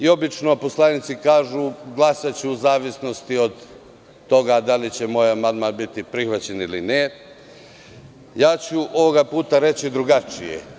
Obično poslanici kažu – glasaću u zavisnosti od toga da li će moj amandman biti prihvaćen ili ne, ali ja ću ovog puta reći drugačije.